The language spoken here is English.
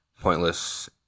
pointless